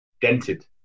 dented